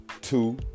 Two